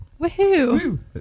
Woohoo